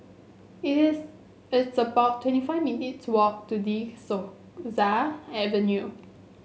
is it's about twenty five minutes' walk to De Souza Avenue